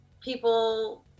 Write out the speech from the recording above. people